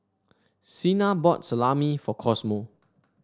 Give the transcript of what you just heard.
Cena bought Salami for Cosmo